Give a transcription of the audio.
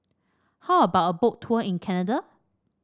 how about a Boat Tour in Canada